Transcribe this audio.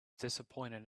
disappointed